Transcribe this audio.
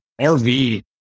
RV